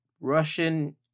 Russian